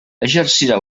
exercirà